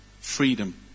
freedom